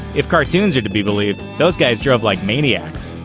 if cartoons are to be believed, those guys drove like maniacs.